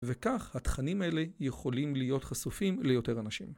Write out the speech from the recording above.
וכך, התכנים האלה, יכולים להיות חשופים ליותר אנשים